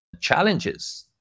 challenges